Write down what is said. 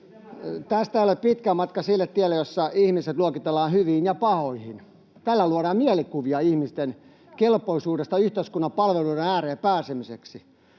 Tästä ole pitkä matka sille tielle, jossa ihmiset luokitellaan hyviin ja pahoihin. Tällä luodaan mielikuvia ihmisten kelpoisuudesta yhteiskunnan palveluiden ääreen pääsemiseksi.